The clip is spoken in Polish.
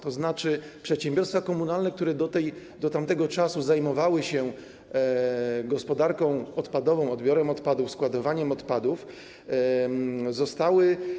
To znaczy przedsiębiorstwa komunalne, które do tamtego czasu zajmowały się gospodarką odpadową, odbiorem odpadów, składowaniem odpadów zostały.